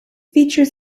features